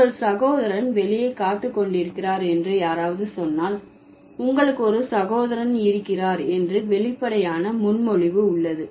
உங்கள் சகோதரன் வெளியே காத்து கொண்டிருக்கிறார் என்று யாராவது சொன்னால் உங்களுக்கு ஒரு சகோதரன் இருக்கிறார் என்று வெளிப்படையான முன்மொழிவு உள்ளது